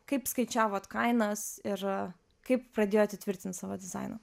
kaip skaičiavot kainas ir kaip pradėjot įtvirtint savo dizainą